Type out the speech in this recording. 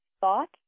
thought